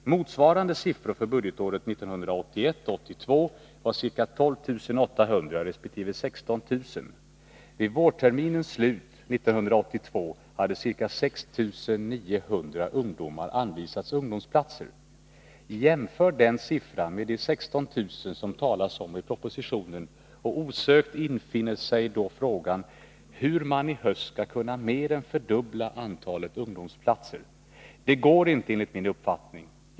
Motsvarande siffror för budgetåret 1981/82 var ca 12 800 resp. 16 000. Vid vårterminens slut 1982 hade ca 6 900 ungdomar anvisats ungdomsplatser. Jämför den siffran med de 16 000 som det talas om i propositionen! Osökt infinner sig då frågan hur man i höst skall kunna mer än fördubbla antalet ungdomsplatser. Det går inte, enligt min uppfattning.